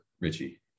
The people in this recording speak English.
Richie